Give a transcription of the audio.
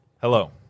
Hello